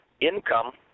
income